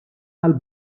tal